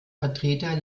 vertreter